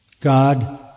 God